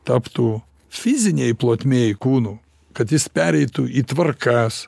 taptų fizinėj plotmėj kūnu kad jis pereitų į tvarkas